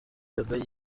yagaye